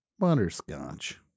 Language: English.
Butterscotch